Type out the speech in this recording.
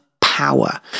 power